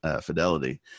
Fidelity